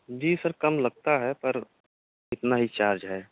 جی sir کم لگتا ہے پر اتنا ہی چارج ہے